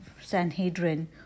Sanhedrin